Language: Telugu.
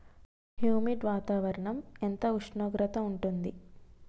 హ్యుమిడ్ వాతావరణం ఎంత ఉష్ణోగ్రత ఉంటుంది?